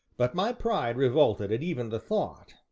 but my pride revolted at even the thought,